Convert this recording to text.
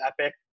Epic